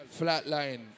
Flatline